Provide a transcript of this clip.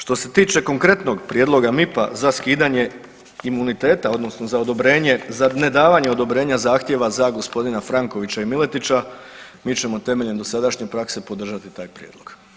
Što se tiče konkretnog prijedloga MIP-a za skidanje imuniteta odnosno za odobrenje, za ne davanje odobrenja zahtjeva za gospodina Frankovića i Miletića mi ćemo temeljem dosadašnje prakse podržati taj prijedlog.